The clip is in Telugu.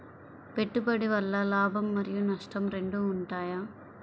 పెట్టుబడి వల్ల లాభం మరియు నష్టం రెండు ఉంటాయా?